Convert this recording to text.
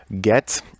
get